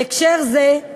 בהקשר זה,